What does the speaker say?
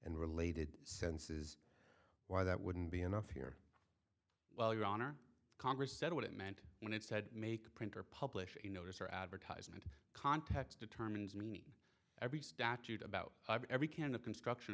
and related senses why that wouldn't be enough here well your honor congress said what it meant when it said make printer publish a notice or advertisement context determines meaning every statute about every can of construction